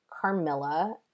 Carmilla